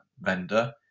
vendor